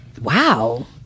Wow